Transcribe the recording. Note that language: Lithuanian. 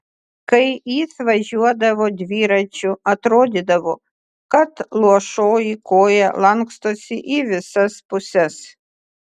kai jis važiuodavo dviračiu atrodydavo kad luošoji koja lankstosi į visas puses